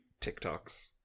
TikToks